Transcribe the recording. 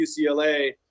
UCLA –